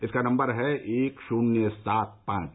इसका नम्बर है एक शुन्य सात पांव